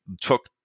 took